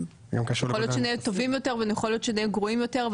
יכול להיות שנהיה טובים יותר ויכול להיות שנהיה גרועים יותר,